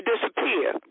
disappear